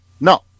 no